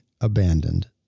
abandoned